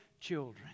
children